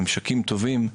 ממשקים טובים,